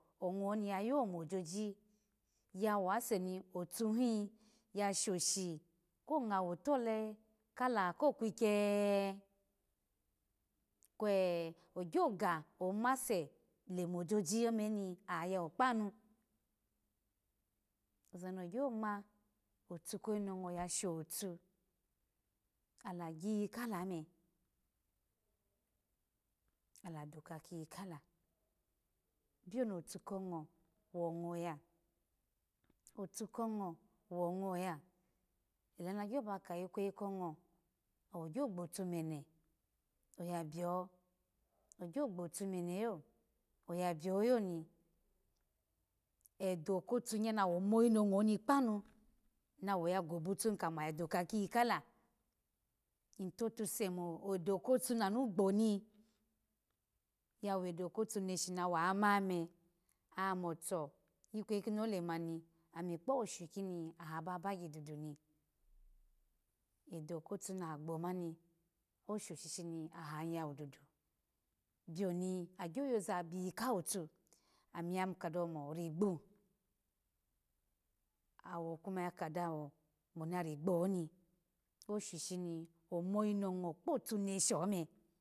Ongo ni ya yo moji ya wase ni otu hi shoshi ko ngwo wotule kala ko kukya kwe ogy oga omase lemojoji ome oya ya wu kpanu oza no gyo ma otu ko yi no ngo ya shotu ala gyiyi kala ome ala doka kiyi kala byu no tu ko ngo wongo ya, otuko ngo wo ngo ya ela na gyo ba ka ikweyi ko ngo ogyo gbotu mene obyu ogyo gbotu mene lo oya byu loni edo kotu nye nawa mo yino ngo ni kpa nu na wuya go butuhin kamo ala do ka kiyi kala ny tatase me do ko tu na nu gbo ni ya we do kotuneshi na woya ma me amo to ikweyi kini olemani ni ami kpashu ki ni aha bagya dudu ni, edo kotu na ha gbo mani shi na ha yawu dudu bioni agyo yoza biyi kaha tu ami ya kado kamo rigbo awo kama yaka dawo mu na rigbo ni oshi shini omo vi no ngo kpotu neshi ome